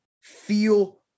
feel